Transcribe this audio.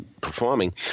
performing